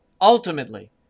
ultimately